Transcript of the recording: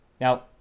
Now